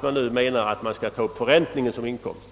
man nu begär att förräntningen skall upptas som inkomst.